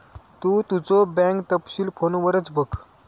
तु तुझो बँक तपशील फोनवरच बघ